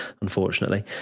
unfortunately